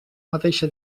mateixa